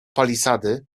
palisady